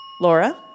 Laura